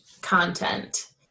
content